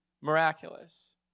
Miraculous